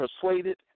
persuaded